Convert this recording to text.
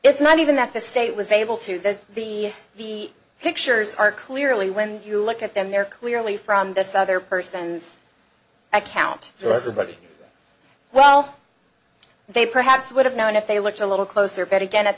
it's not even that the state was able to the the the pictures are clearly when you look at them they're clearly from this other person's account for everybody well they perhaps would have known if they looked a little closer bet again at